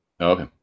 Okay